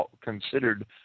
considered